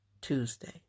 Tuesday